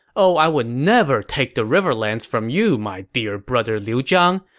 oh i would never take the riverlands from you, my dear brother liu zhang,